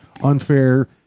unfair